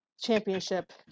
championship